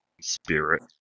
spirit